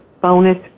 bonus